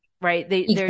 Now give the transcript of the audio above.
Right